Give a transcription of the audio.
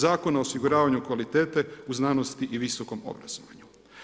Zakona o osiguravanju kvalitete u znanosti i visokom obrazovanju.